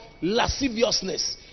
lasciviousness